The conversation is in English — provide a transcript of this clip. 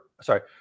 sorry